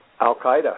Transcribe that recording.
al-Qaeda